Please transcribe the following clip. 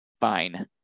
fine